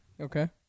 Okay